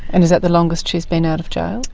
and is that the longest she's been out of jail?